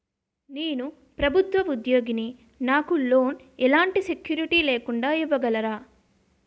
నేను ప్రభుత్వ ఉద్యోగిని, నాకు లోన్ ఎలాంటి సెక్యూరిటీ లేకుండా ఇవ్వగలరా?